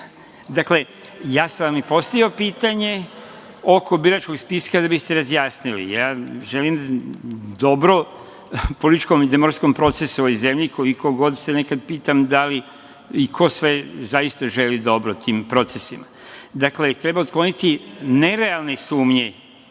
ja sam vam i postavio pitanje oko biračkog spiska da biste razjasnili. Želim dobro političkom i demografskom procesu u ovoj zemlji, koliko god se nekad pitam da li i ko sve zaista želi dobro tim procesima. Dakle, treba otkloniti nerealne sumnje.